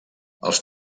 els